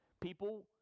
people